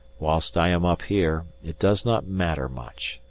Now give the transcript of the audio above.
whilst i am up here, it does not matter much,